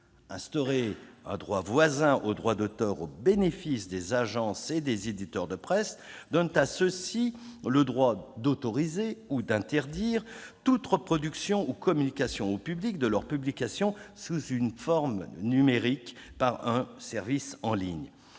Instaurer un droit voisin au droit d'auteur au bénéfice des agences et des éditeurs de presse donne à ceux-ci le droit d'autoriser ou d'interdire toute reproduction ou communication au public de leurs publications sous une forme numérique par un service en ligne.